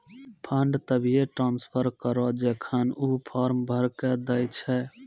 fund तभिये transfer करऽ जेखन ऊ फॉर्म भरऽ के दै छै